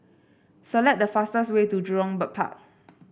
select the fastest way to Jurong Bird Park